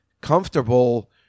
comfortable